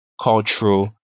cultural